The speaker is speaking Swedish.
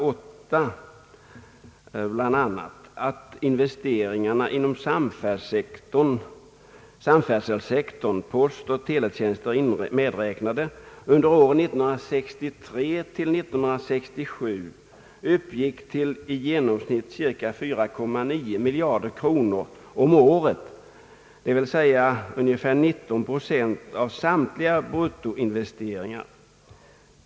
8 bl.a. att investeringarna inom samfärdselsektorn, postoch teletjänster medräknade, under åren 1963—1967 uppgick till i genomsnitt cirka 4,9 miljarder kronor om året, dvs. ungefär 19 procent av samtliga bruttoinvesteringar.